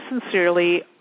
sincerely